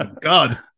god